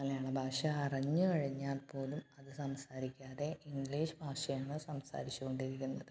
മലയാളഭാഷ അറിഞ്ഞ് കഴിഞ്ഞാൽ പോലും അത് സംസാരിക്കാതെ ഇംഗ്ലീഷ് ഭാഷയാണ് സംസാരിച്ചുകൊണ്ടിരിക്കുന്നത്